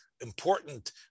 important